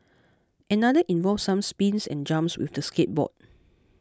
another involved some spins and jumps with the skateboard